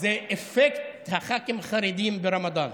זה אפקט הח"כים החרדים ברמדאן.